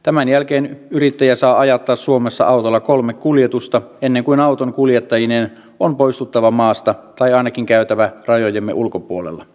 tämän jälkeen yrittäjä saa ajattaa suomessa autolla kolme kuljetusta ennen kuin auton kuljettajineen on poistuttava maasta tai ainakin käytävä rajojemme ulkopuolella